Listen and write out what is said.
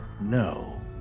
no